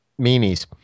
meanies